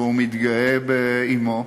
והוא מתגאה באמו,